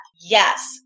Yes